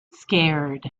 scared